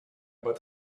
about